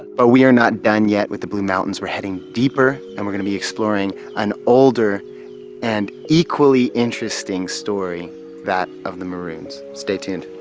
but we are not done yet with the blue mountains. we're heading deeper, and we're going to be exploring an older and equally interesting story that of the maroons. stay tuned.